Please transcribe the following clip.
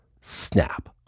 Snap